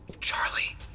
Charlie